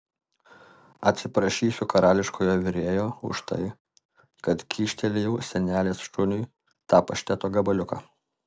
atsiprašysiu karališkojo virėjo už tai kad kyštelėjau senelės šuniui tą pašteto gabaliuką